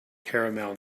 caramel